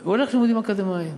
הוא הולך ללימודים אקדמיים.